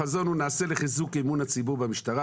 החזון הוא: נעשה לחיזוק אמון הציבור במשטרה,